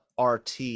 RT